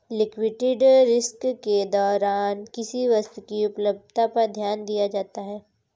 liquidity risk के दौरान किसी वस्तु की उपलब्धता पर ध्यान दिया जाता है